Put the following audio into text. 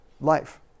life